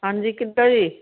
ਹਾਂਜੀ ਕਿੱਦਾਂ ਜੀ